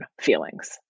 feelings